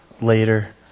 later